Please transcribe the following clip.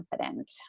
confident